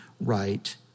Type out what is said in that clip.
right